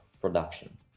production